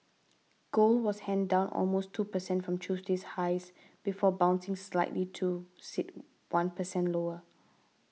gold was high down almost two percent from Tuesday's highs before bouncing slightly to sit one percent lower